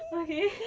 okay